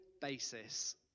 basis